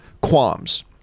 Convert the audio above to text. qualms